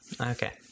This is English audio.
okay